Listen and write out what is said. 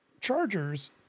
Chargers